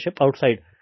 outside